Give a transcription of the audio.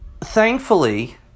thankfully